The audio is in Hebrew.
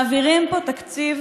מעבירים פה תקציב